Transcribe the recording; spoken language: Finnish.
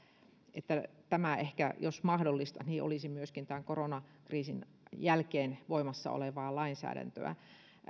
että tämä olisi ehkä jos mahdollista myöskin koronakriisin jälkeen voimassa olevaa lainsäädäntöä